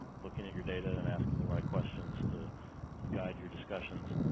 looking at your data and asking the right questions to to guide your discussions.